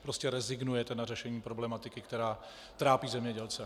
Prostě rezignujete na řešení problematiky, která trápí zemědělce.